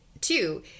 two